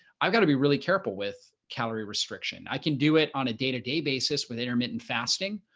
i've got to be really careful with calorie restriction. i can do it on a day to day basis with intermittent fasting.